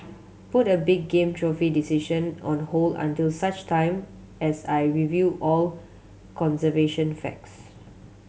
put a big game trophy decision on hold until such time as I review all conservation facts